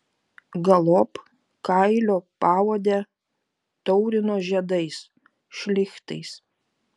galop kailio paodę taurino žiedais šlichtais